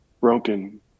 broken